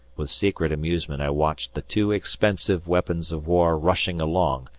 with secret amusement i watched the two expensive weapons of war rushing along,